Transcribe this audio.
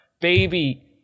baby